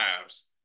lives